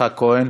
יצחק כהן.